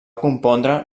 compondre